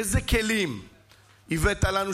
איזה כלים הבאת לנו,